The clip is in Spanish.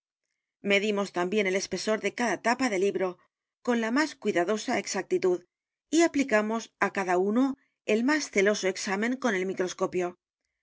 medimos también el espesor de cada tapa de libro con la más cuidadosa exactitud y aplicamos á cada uno el más celoso examen con el microscopio